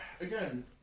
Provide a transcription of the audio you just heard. again